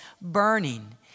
burning